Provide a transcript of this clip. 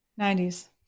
90s